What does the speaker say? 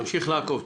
נמשיך לעקוב.